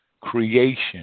creation